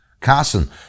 Carson